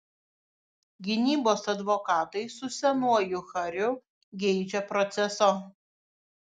gynybos advokatai su senuoju hariu geidžia proceso